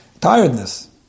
tiredness